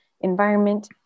environment